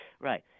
Right